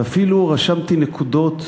ואפילו רשמתי נקודות